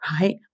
right